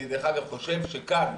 אני דרך אגב חושב שכאן,